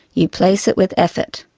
you place it with effort.